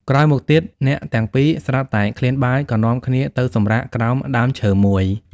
ក្រោយមកទៀត អ្នកទាំងពីរស្រាប់តែឃ្លានបាយ ក៏នាំគ្នាទៅសម្រាកក្រោមដើមឈើមួយ។